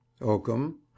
oakum